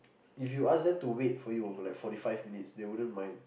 if you ask them to wait for you over like forty five minutes they wouldn't mind